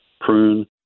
prune